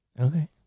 Okay